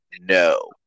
no